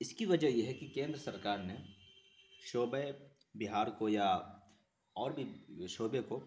اس کی وجہ یہ ہے کہ کیندر سرکار نے شعبۂ بہار کو یا اور بھی شعبے کو